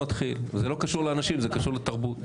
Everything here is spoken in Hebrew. זה לא קשור לאנשים, זה קשור לתרבות.